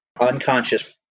unconscious